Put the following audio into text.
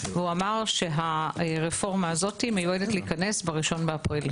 ואמר שהרפורמה הזו מיועדת להיכנס ב-1 באפריל.